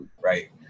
right